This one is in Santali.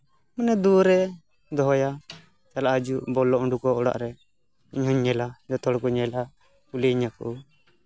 ᱢᱟᱱᱮ ᱫᱩᱣᱟᱹᱨ ᱨᱮᱧ ᱫᱚᱦᱚᱭᱟ ᱪᱟᱞᱟᱜ ᱦᱤᱡᱩᱜ ᱵᱚᱞᱚ ᱩᱰᱩᱠᱚᱜ ᱚᱲᱟᱜ ᱨᱮ ᱤᱧ ᱦᱚᱸᱧ ᱧᱮᱞᱟ ᱡᱚᱛᱚ ᱦᱚᱲ ᱠᱚ ᱧᱮᱞᱟ ᱠᱩᱞᱤᱧ ᱟᱠᱚ